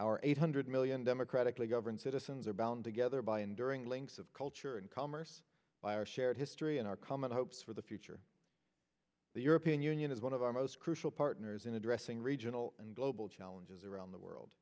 our eight hundred million democratically governed citizens are bound together by an during links of culture and commerce by our shared history and our common hopes for the future the european union is one of our most crucial partners in addressing regional and global challenges around the world